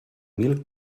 mil